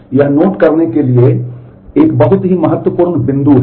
यह नोट करने के लिए एक बहुत ही महत्वपूर्ण बिंदु है